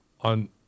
on